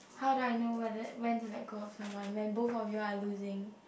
how do I know whether when do I go out with someone when both of you are losing